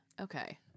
okay